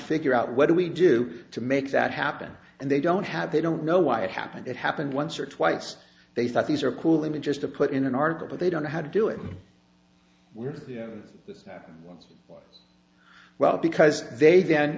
figure out what do we do to make that happen and they don't have they don't know why it happened it happened once or twice they thought these are cool images to put in an article but they don't know how to do it we're the ones well because they then